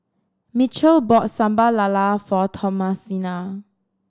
Mitchell bought Sambal Lala for Thomasina